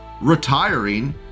retiring